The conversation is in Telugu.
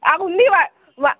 ఉంది వా వా